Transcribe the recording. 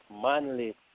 Manly